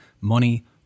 Money